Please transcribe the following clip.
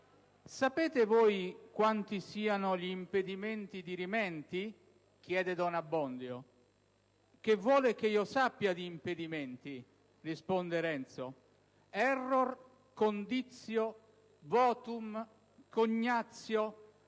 «Sapete voi quanti siano gl'impedimenti dirimenti?», chiede don Abbondio. «Che vuol ch'io sappia d'impedimenti?», risponde Renzo. «*Error, conditio, votum, cognatio,